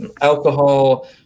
alcohol